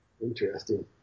interesting